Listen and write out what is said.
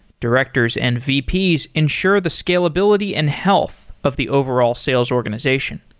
directors and vps ensure the scalability and health of the overall sales organization.